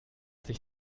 sich